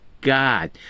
God